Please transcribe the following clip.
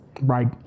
Right